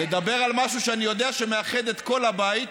לדבר על משהו שאני יודע שמאחד את כל הבית,